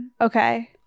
Okay